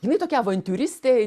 jinai tokia avantiūristė